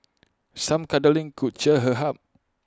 some cuddling could cheer her hap